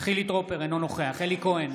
חילי טרופר, אינו נוכח אלי כהן,